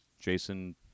Jason